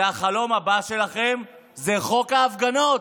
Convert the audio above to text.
זה החלום הבא שלכם, זה חוק ההפגנות.